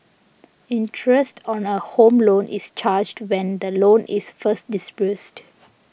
interest on a Home Loan is charged when the loan is first disbursed